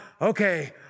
okay